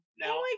now